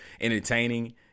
entertaining